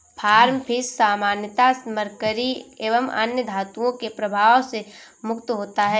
farm fish सामान्यतः mercury एवं अन्य धातुओं के प्रभाव से मुक्त होता है